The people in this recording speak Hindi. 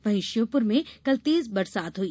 वहीं श्योपुर में कल तेज बरसात हुई